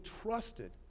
trusted